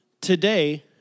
Today